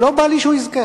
לא בא לי שהוא יזכה,